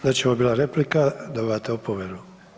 Znači ovo je bila replika, dobivate opomenu.